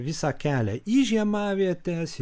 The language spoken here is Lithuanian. visą kelią į žiemavietes